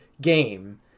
game